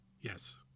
Yes